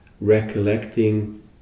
recollecting